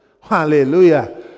Hallelujah